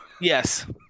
yes